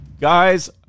guys